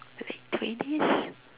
late twenties